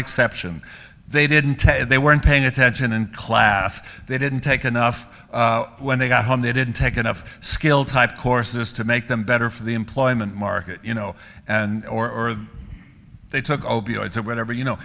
exception they didn't they weren't paying attention in class they didn't take enough when they got home they didn't take enough skilled type courses to make them better for the employment market you know and or they took opioids or whatever you know